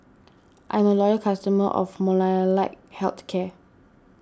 I'm a loyal customer of Molnylcke Health Care